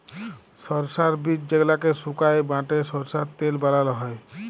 সরষার বীজ যেগলাকে সুকাই বাঁটে সরষার তেল বালাল হ্যয়